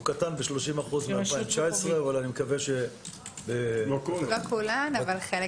הוא קטן ב-30% מ-2019 אבל אני מקווה -- לא כולן אבל חלק